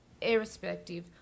irrespective